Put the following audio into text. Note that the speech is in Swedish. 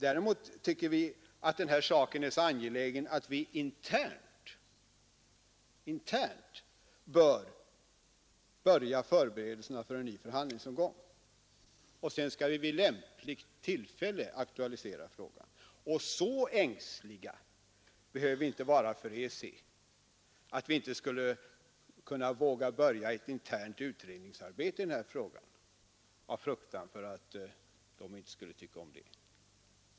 Däremot tycker vi att denna sak är så angelägen att vi internt bör starta förberedelserna för en ny förhandlingsomgång. Sedan skall vi vid lämpligt tillfälle aktualisera frågan. Och så ängsliga behöver vi inte vara för EEC att vi inte skulle kunna börja ett internt utredningsarbete i denna fråga av fruktan för att EEC inte skulle tycka om det.